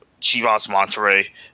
Chivas-Monterey